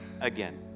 again